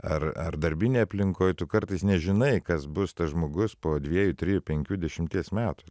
ar ar darbinėj aplinkoj tu kartais nežinai kas bus tas žmogus po dviejų trijų penkių dešimties metų